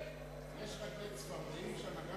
יש רגלי צפרדעים גם כן?